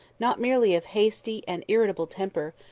not merely of hasty and irritable temper,